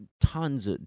tons